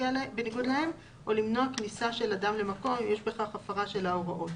בניגוד להן או למנוע כניסה של אדם למקום כאשר יש בכך הפרה של ההוראות.